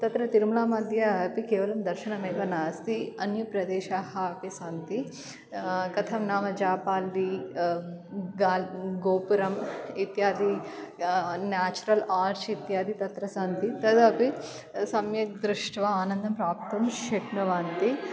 तत्र तिरुमलामद्ये अपि केवलं दर्शनमेव नास्ति अन्यप्रदेशाः अपि सन्ति कथं नाम जापाल्दी गाल् गोपुरं इत्यादि नेचुरल् आर्च् इत्यादि तत्र सन्ति तदपि सम्यक् दृष्ट्वा आनन्दं प्राप्तुं शक्नुवन्ति